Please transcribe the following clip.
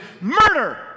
murder